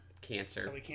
Cancer